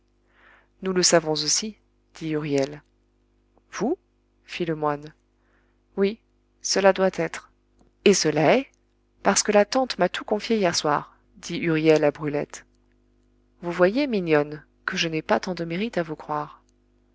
nous le savons aussi dit huriel vous fit le moine oui cela doit être et cela est parce que la tante m'a tout confié hier soir dit huriel à brulette vous voyez mignonne que je n'ai pas tant de mérite à vous croire